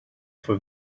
for